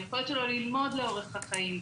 היכולת שלו ללמוד לאורח החיים.